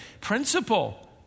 principle